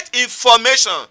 information